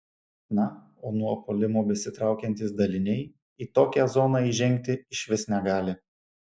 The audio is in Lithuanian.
na o nuo puolimo besitraukiantys daliniai į tokią zoną įžengti išvis negali